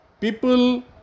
people